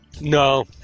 No